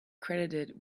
credited